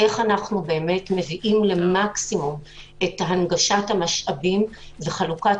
איך אנחנו מביאים למקסימום את הנגשת המשאבים וחלוקת